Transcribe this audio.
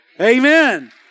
Amen